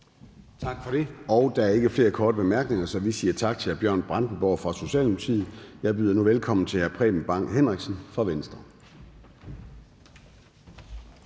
Tak for det. Der er ikke flere korte bemærkninger, så vi siger tak til hr. Bjørn Brandenborg fra Socialdemokratiet. Jeg byder nu velkommen til hr. Preben Bang Henriksen fra Venstre.